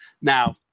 Now